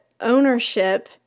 ownership